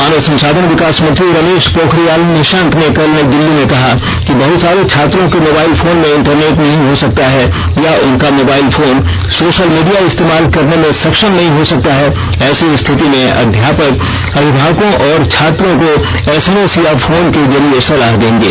मानव संसाधन विकास मंत्री रमेश पोखरियाल निशंक ने कल नई दिल्ली में कहा कि बहत सारे छात्रों के मोबाइल फोन में इंटरनेट नहीं हो सकता है या उनका मोबाइल फोन सोशल मीडिया इस्तेमाल करने में सक्षम नहीं हो सकता है ऐसी स्थिति में अध्यापक अभिभावकों और छात्रों को एसएमएस या फोन के जरिये सलाह देंगे